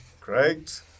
Great